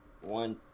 One